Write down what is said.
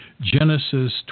Genesis